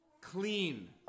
clean